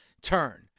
turn